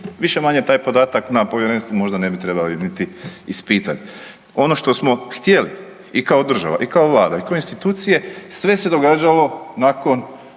Više-manje taj podatak na povjerenstvu možda ne bi trebalo niti ispitat. Ono što smo htjeli i kao država i kao Vlada i kao institucije sve se događalo nakon